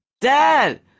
Dad